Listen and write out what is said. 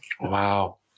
Wow